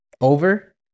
Over